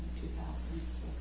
2006